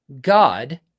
God